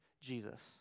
Jesus